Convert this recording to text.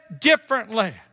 differently